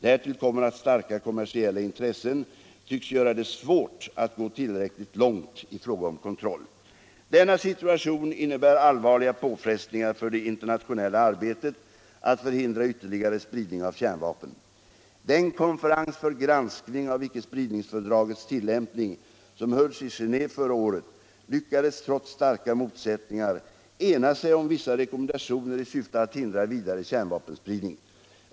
Därtill kommer att starka kommersiella intresscn tycks göra det svårt att gå tillräckligt långt i fråga om kontroll. Denna situation innebär allvarliga påfrestningar för det internationella arbetet att förhindra ytterligare spridning av kärnvapen. Den konferens för granskning av icke-spridningsfördragets tillämpning som hölls i Genéve förra året lyckades trots starka motsättningar ena sig om vissa rekommendationer i syfte att hindra vidare kärnvapenspridning.